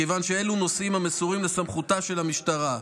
מכיוון שאלו נושאים המסורים לסמכותה של המשטרה,